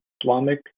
Islamic